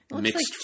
mixed